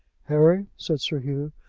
harry, said sir hugh,